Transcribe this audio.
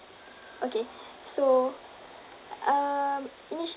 okay so um initial~